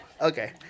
okay